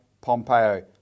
Pompeo